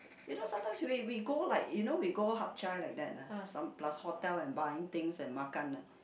you know sometimes we we go like you know we go Hap-Chai like that ah some plus hotel and buying things and makan ah